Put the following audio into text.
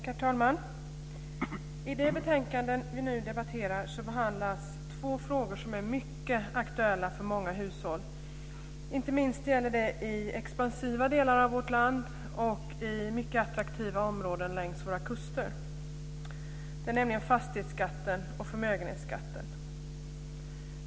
Herr talman! I det betänkande vi nu debatterar behandlas två frågor som är mycket aktuella för många hushåll, inte minst gäller det i expansiva delar av vårt land och i mycket attraktiva områden längs våra kuster. Det är fastighetsskatten och förmögenhetsskatten.